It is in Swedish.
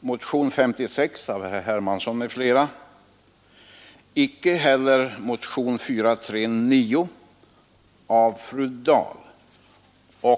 motion 56 av herr Hermansson m.fl. eller motion 439 av fru Dahl m.fl.